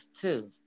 two